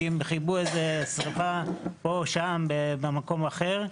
כי הם כיבו איזו שריפה פה ושם במקום אחר,